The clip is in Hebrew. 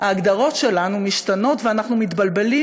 ההגדרות שלנו משתנות ואנחנו מתבלבלים